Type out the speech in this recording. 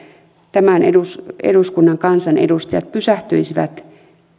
tämän eduskunnan kansanedustajat pysähtyisivät